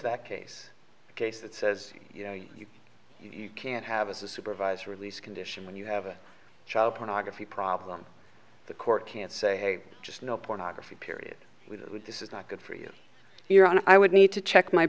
that case the case that says you know you you can't have a supervisor release condition when you have a child pornography problem the court can't say hey just know pornography period with this is not good for you you're on i would need to check my